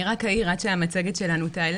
אני רק אעיר עד שהמצגת תעלה,